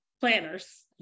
planners